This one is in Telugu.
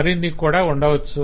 మరిన్ని కూడా ఉండవచ్చు